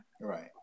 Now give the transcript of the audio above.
Right